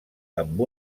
amb